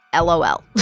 LOL